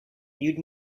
you’d